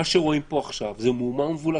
מה שרואים פה עכשיו זה בוקה ומבולקה,